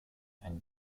ein